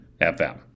FM